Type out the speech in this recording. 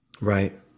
Right